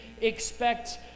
expect